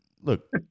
look